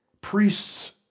priests